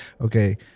Okay